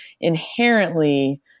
inherently